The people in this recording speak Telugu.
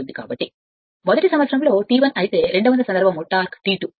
కాబట్టి మొదటి సందర్భం T1 అయితే రెండవ సందర్భం టార్క్ T2